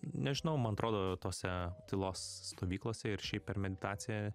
nežinau man atrodo tose tylos stovyklose ir šiaip per meditaciją